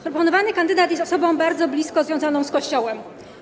Proponowany kandydat jest osobą bardzo blisko związaną z Kościołem.